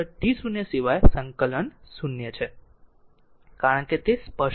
તેથી t t0 સિવાય સંકલન 0 છે કારણ કે તે સ્પષ્ટ છે